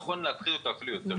נכון להתחיל אותו אפילו מוקדם יותר.